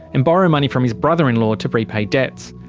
and borrow money from his brother-in-law to repay debts.